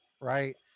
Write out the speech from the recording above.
right